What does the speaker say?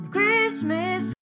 Christmas